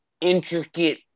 intricate